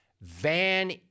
Van